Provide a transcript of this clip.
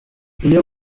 iyo